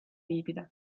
viibida